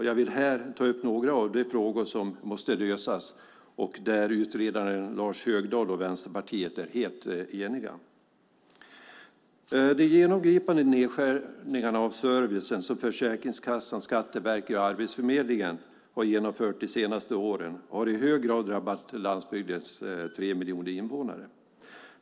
Jag vill här ta upp några av de frågor som måste lösas och där utredaren Lars Högdahl och Vänsterpartiet är helt eniga. De genomgripande nedskärningar av servicen som Försäkringskassan, Skatteverket och Arbetsförmedlingen har genomfört de senaste åren har i hög grad drabbat landsbygdens tre miljoner invånare.